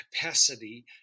capacity